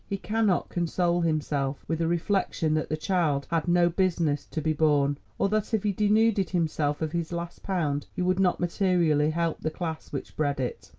he cannot console himself with a reflection that the child had no business to be born, or that if he denuded himself of his last pound he would not materially help the class which bred it.